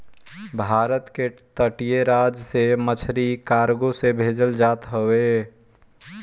भारत के तटीय राज से मछरी कार्गो से भेजल जात हवे